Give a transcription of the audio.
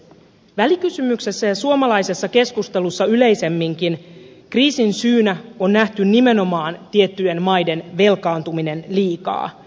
välikysymyksessä ja suomalaisessa keskustelussa yleisemminkin kriisin syynä on nähty nimenomaan tiettyjen maiden velkaantuminen liikaa